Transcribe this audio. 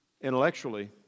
intellectually